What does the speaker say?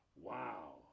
wow